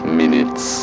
minutes